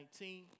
2019